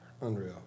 Unreal